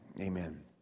amen